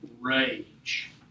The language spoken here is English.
rage